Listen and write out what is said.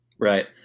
Right